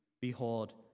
Behold